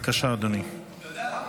אתה יודע,